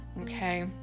okay